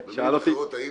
במילים אחרות, האם